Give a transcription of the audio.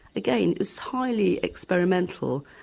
again it was highly experimental.